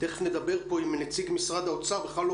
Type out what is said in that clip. תכף נדבר פה עם נציג משרד האוצר בכלל לא